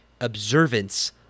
observance